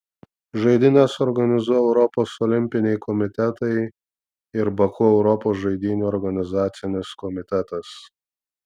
žaidynes organizuoja europos olimpiniai komitetai ir baku europos žaidynių organizacinis komitetas